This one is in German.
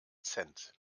cent